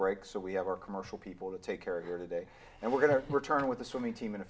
break so we have our commercial people to take care of here today and we're going to return with the swimming team